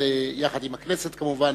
יחד עם הכנסת כמובן,